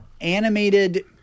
animated